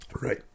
Right